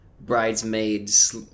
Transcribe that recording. bridesmaids